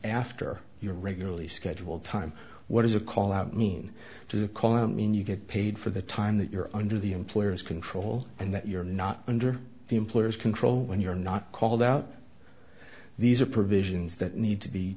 after your regularly scheduled time what is a call out mean to call i mean you get paid for the time that you're under the employer's control and that you're not under the employer's control when you're not called out these are provisions that need to be